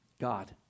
God